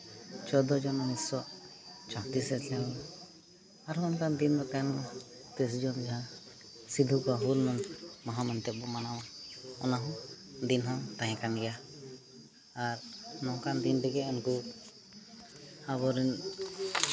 ᱪᱳᱫᱫᱚ ᱡᱩᱱ ᱩᱱᱤᱥᱥᱚ ᱪᱷᱚᱛᱨᱤᱥ ᱥᱟᱞᱨᱮ ᱟᱨᱦᱚᱸ ᱚᱱᱠᱟᱱ ᱛᱤᱥ ᱡᱩᱱ ᱡᱟᱦᱟᱸ ᱥᱤᱫᱷᱩᱼᱠᱟᱹᱱᱦᱩ ᱦᱩᱞ ᱢᱟᱦᱟ ᱢᱮᱱᱛᱮ ᱵᱚ ᱢᱟᱱᱟᱣᱟ ᱚᱱᱟᱦᱚᱸ ᱫᱤᱱ ᱦᱚᱸ ᱛᱟᱦᱮᱸ ᱠᱟᱱ ᱜᱮᱭᱟ ᱟᱨ ᱱᱚᱝᱠᱟᱱ ᱫᱤᱱ ᱨᱮᱜᱮ ᱩᱱᱠᱩ ᱟᱵᱚ ᱨᱮᱱ